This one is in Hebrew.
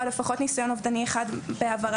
על לפחות ניסיון אובדני אחד בעברם,